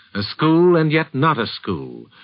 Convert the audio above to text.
a school and yet not a school,